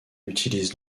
utilise